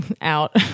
out